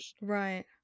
Right